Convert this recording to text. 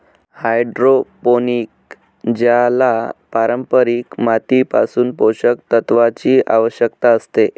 hydroponic ज्याला पारंपारिक मातीपासून पोषक तत्वांची आवश्यकता असते